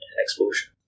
explosion